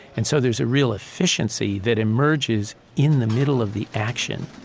and so there's a real efficiency that emerges in the middle of the action,